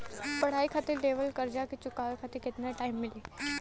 पढ़ाई खातिर लेवल कर्जा के चुकावे खातिर केतना टाइम मिली?